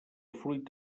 fruit